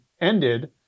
ended